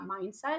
mindset